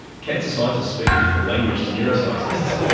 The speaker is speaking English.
cancer scientists speak a different language to neuroscientists.